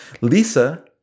Lisa